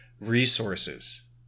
resources